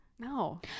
no